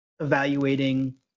evaluating